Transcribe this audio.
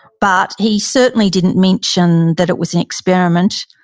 but he certainly didn't mention that it was an experiment.